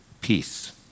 Peace